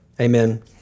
Amen